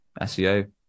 SEO